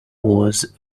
was